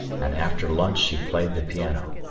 and after lunch she played the piano.